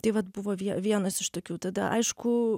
tai vat buvo vie vienas iš tokių tada aišku